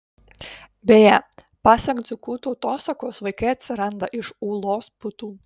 beje pasak dzūkų tautosakos vaikai atsiranda iš ūlos putų